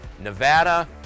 Nevada